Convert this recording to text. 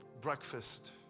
breakfast